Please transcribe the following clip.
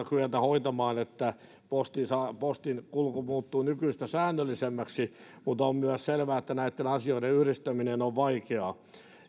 kyetä hoitamaan että postin kulku muuttuu nykyistä säännöllisemmäksi mutta on myös selvää että näitten asioiden yhdistäminen on vaikeaa